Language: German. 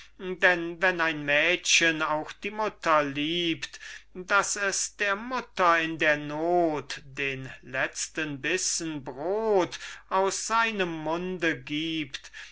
denn wenn ein mädchen auch die mutter liebt daß es der mutter in der not den letzten bissen brot aus seinem munde gibt